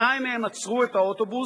שניים מהם עצרו את האוטובוס,